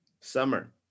Summer